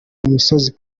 misozi